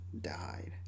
died